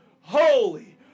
Holy